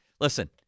listen